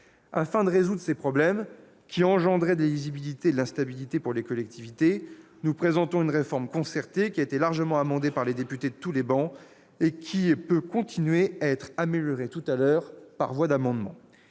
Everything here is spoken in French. Afin de résoudre ces problèmes qui ont entraîné de l'illisibilité et de l'instabilité pour les collectivités, nous présentons une réforme concertée, largement amendée par les députés de tous bords, et qui pourra continuer à être améliorée dans cette enceinte par voie d'amendement.